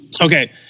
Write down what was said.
Okay